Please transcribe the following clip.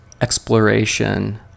exploration